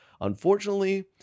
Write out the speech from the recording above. Unfortunately